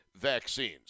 vaccines